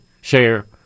share